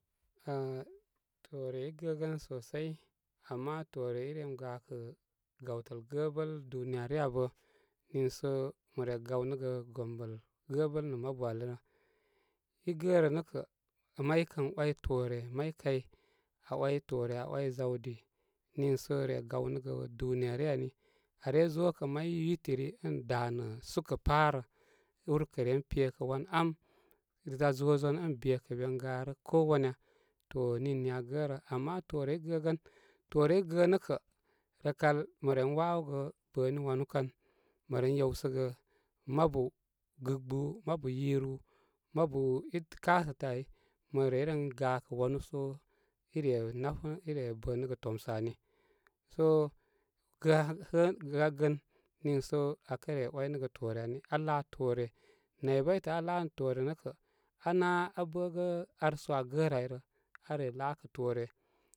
Jhə toore i gəgən sosai, ama toore i rem gakə gawtəl gəbəl duniya ryə abə niisomə re gawnəgə wombəl gəbəl nə mabu ani rə. I gərə nəkə may kən way toore may kay aa way toore aa way zawdi niisə re gawnəgə duniya ryə ani, aare zokə may, yutiri ən danə súkə pá rə. Ur kə ren pekə wan ám, da zozon ən be kə bən garə ko wanya. To nini a gərə. Ama toore i gəgən. Toore i. gənə kə rəkal mə ren yewsəgə mabu gɨggɓú, mabu yiru, mabu i kasətə ai mə rey ren gakə wanuso ire nafen, ire bənəgə tomsə ani. So gagən-gagən niiso akə re way nəgə toore ani. Alaa toore. Naybaytə aa lanə toore nəkə aa ná aa bəgə an so a gərə ayrə. Aren laa kə toore.